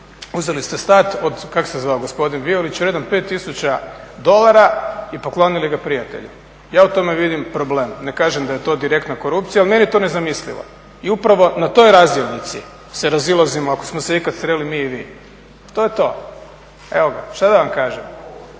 Uzeli se sat od kako se zvao gospodin Violić redom 5 tisuća dolara i poklonili ga prijatelju. Ja u tome vidim problem, ne kažem da je to direktna korupcija ali meni je to nezamislivo. I upravo na toj razdjelnici se razilazimo ako smo se ikada sreli mi i vi. To je to. Evo ga, šta da vam kažem.